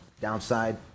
downside